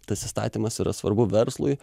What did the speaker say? tas įstatymas yra svarbu verslui